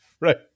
Right